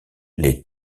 les